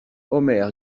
omer